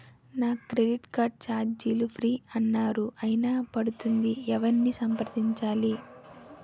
నా credit card ఛార్జీలు free అన్నారు అయినా పడుతుంది ఎవరిని సంప్రదించాలి?